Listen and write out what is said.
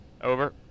Over